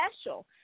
special